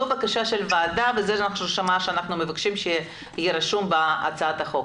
זו הבקשה של הוועדה ואנחנו מבקשים שזה יהיה כתוב בהצעת החוק.